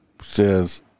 says